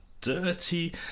Dirty